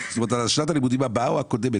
על שנת הלימודים הבאה או הקודמת?